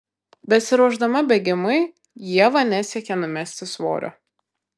besiruošdama bėgimui ieva nesiekia numesti svorio